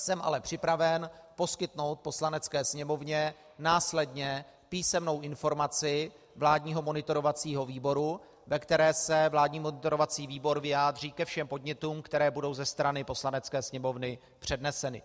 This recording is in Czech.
Jsem ale připraven poskytnout Poslanecké sněmovně následně písemnou informaci vládního monitorovacího výboru, ve které se vládní monitorovací výbor vyjádří ke všem podnětům, které budou ze strany Poslanecké sněmovny předneseny.